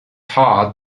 heart